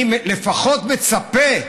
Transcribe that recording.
אני לפחות מצפה,